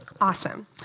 awesome